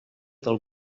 del